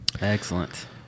excellent